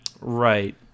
Right